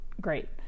great